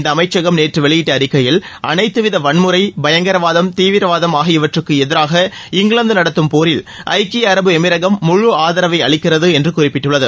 இந்த அமைச்சகம் நேற்று வெளியிட்ட அறிக்கையில் அனைத்து வித வன்முறை பயங்கரவாதம் தீவிரவாதம் ஆகியவற்றுக்கு எதிராக இங்கிலாந்து நடத்தும் போரில் ஐக்கிய அரபு எமிரகம் முழு ஆதரவை அளிக்கிறது என்று குறிப்பிட்டுள்ளது